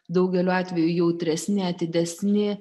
daugeliu atvejų jautresni atidesni